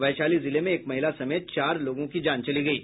वैशाली जिले में एक महिला समेत चार लोगों की जान चली गयी